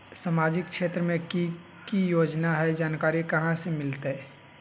सामाजिक क्षेत्र मे कि की योजना है जानकारी कहाँ से मिलतै?